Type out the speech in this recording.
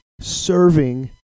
serving